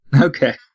Okay